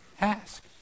ask